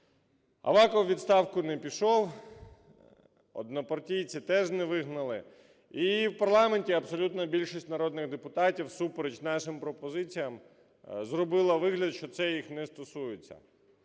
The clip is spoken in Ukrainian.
Аваков у відставку не пішов, однопартійці теж не вигнали і в парламенті абсолютна більшість народних депутатів, всупереч нашим пропозиціям, зробила вигляд, що це їх не стосується.